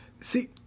See